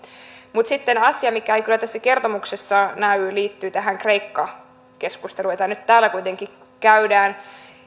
mutta sitten asia mikä ei kyllä tässä kertomuksessa näy mikä liittyy tähän kreikka keskusteluun jota nyt täällä kuitenkin käydään